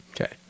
okay